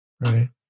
Right